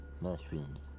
mushrooms